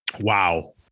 wow